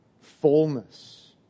fullness